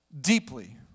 deeply